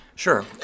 Sure